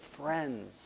friends